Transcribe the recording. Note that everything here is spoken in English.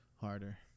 harder